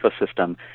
ecosystem